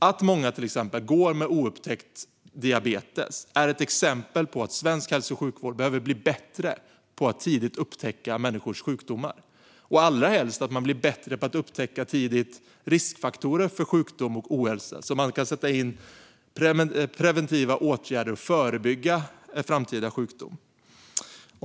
Att många går med oupptäckt diabetes är ett exempel på att svensk hälso och sjukvård behöver bli bättre på att tidigt upptäcka människors sjukdomar, allra helst också bli bättre på att tidigt upptäcka riskfaktorer för sjukdom och ohälsa så att man kan sätta in preventiva åtgärder och förebygga framtida sjukdom.